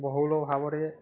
ବହୁଳ ଭାବରେ